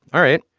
all right.